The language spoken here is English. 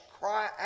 cry